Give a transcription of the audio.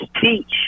teach